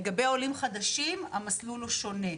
לגבי עולים חדשים המסלול הוא שונה.